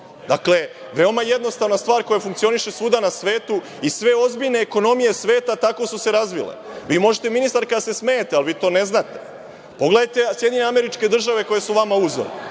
Dakle, veoma jednostavna stvar koja funkcioniše svuda na svetu i sve ozbiljne ekonomije sveta tako su se razvile. Vi možete, ministarka, da se smejete, ali vi to ne znate. Pogledajte SAD koje su vama uzor.